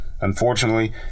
unfortunately